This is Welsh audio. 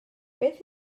beth